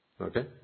Okay